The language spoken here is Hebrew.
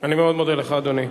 אני מאוד מודה לך, אדוני.